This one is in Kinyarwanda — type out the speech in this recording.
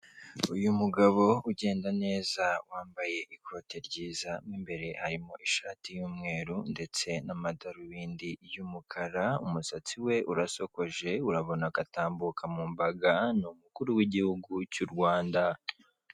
Uyu mugabo ugenda neza wambaye ikote ryiza, mo imbere arimo ishati y'umweru ndetse n'amadarubindi y'umukara, umusatsi we urasokoje. Urabona ko atambuka mu mbaga ni umukuru w'igihugu cy'Urwanda.